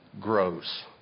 grows